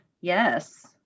Yes